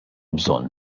bżonn